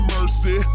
Mercy